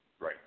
right